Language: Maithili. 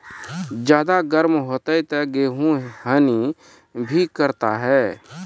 ज्यादा गर्म होते ता गेहूँ हनी भी करता है?